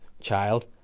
child